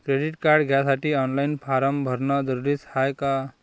Credit card घ्यासाठी online form भरन जरुरीच हाय का?